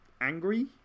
angry